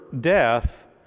death